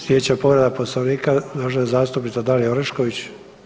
Sljedeća povreda Poslovnika uvažena zastupnica Dalija Orešković.